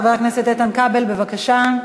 חבר הכנסת איתן כבל, בבקשה.